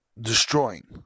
destroying